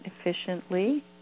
efficiently